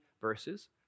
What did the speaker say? verses